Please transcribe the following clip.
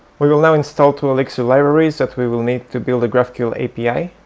we will now install two elixir libraries that we will need to build a graphql api.